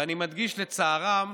ואני מדגיש: לצערם